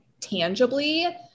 tangibly